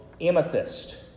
amethyst